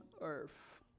earth